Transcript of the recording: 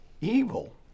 evil